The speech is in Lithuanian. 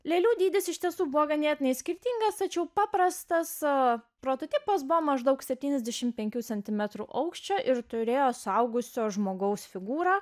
lėlių dydis iš tiesų buvo ganėtinai skirtingas tačiau paprastas o prototipas buvo maždaug septyniasdešimt penkių centimetrų aukščio ir turėjo suaugusio žmogaus figūrą